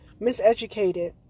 miseducated